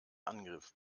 angriff